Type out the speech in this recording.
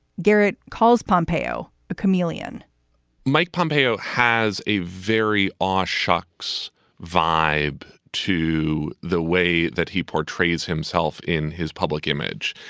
garrett calls pompeo a chameleon mike pompeo has a very off ah shucks vibe to the way that he portrays himself in his public image.